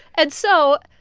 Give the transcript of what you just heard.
and so,